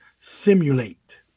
simulate